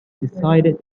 decided